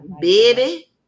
Baby